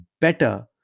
better